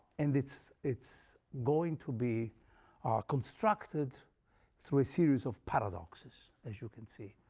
and it's it's going to be constructed through a series of paradoxes as you can see,